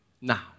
now